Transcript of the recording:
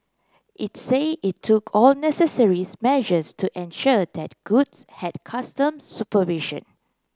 it said it took all necessary measures to ensure that goods had customs supervision